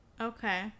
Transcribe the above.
Okay